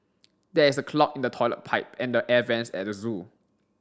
there is a clog in the toilet pipe and the air vents at the zoo